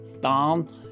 don